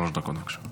שלוש דקות, בבקשה.